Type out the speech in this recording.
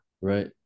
right